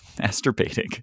masturbating